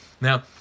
Now